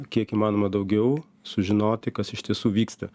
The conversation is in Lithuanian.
kiek įmanoma daugiau sužinoti kas iš tiesų vyksta